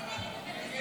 15